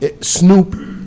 Snoop